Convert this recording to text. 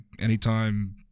anytime